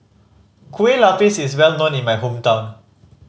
Kueh Lupis is well known in my hometown